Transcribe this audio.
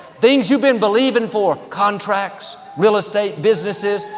things you've been believing for, contracts, real estate, businesses,